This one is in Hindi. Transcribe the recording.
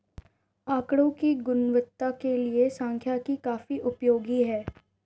आकड़ों की गुणवत्ता के लिए सांख्यिकी काफी उपयोगी है